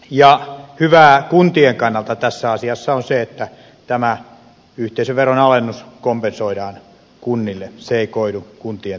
ja hyvää kuntien kannalta tässä asiassa on se että tämä yhteisöveron alennus kompensoidaan kunnille se ei koidu kuntien tappioksi